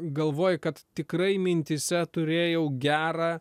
galvoji kad tikrai mintyse turėjau gerą